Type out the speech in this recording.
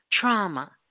trauma